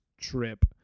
trip